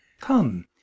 Come